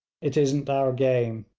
it isn't our game.